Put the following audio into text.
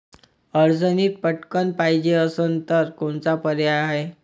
अडचणीत पटकण पायजे असन तर कोनचा पर्याय हाय?